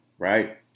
Right